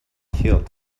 killed